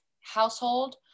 household